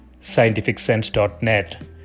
scientificsense.net